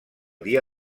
dia